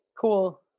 cool